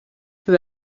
peu